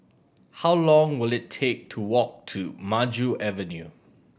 how long will it take to walk to Maju Avenue